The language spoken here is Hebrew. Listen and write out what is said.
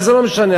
וזה לא משנה,